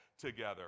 together